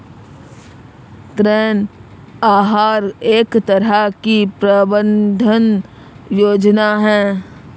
ऋण आहार एक तरह की प्रबन्धन योजना है